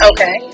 Okay